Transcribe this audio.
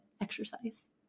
exercise